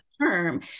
term